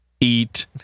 eat